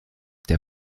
der